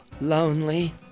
Lonely